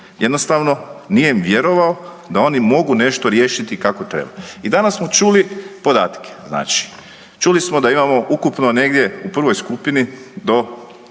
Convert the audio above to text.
Jednostavno, nije im vjerovao da oni mogu nešto riješiti kako treba. I danas smo čuli podatke, znači, čuli smo da imamo ukupno negdje u prvoj skupini do